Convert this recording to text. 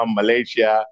Malaysia